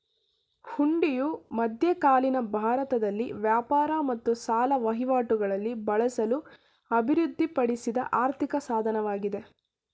ಹುಂಡಿಯು ಮಧ್ಯಕಾಲೀನ ಭಾರತದಲ್ಲಿ ವ್ಯಾಪಾರ ಮತ್ತು ಸಾಲ ವಹಿವಾಟುಗಳಲ್ಲಿ ಬಳಸಲು ಅಭಿವೃದ್ಧಿಪಡಿಸಿದ ಆರ್ಥಿಕ ಸಾಧನವಾಗಿದೆ